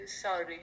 Sorry